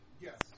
Yes